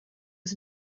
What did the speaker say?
was